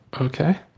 okay